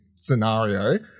scenario